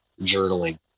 journaling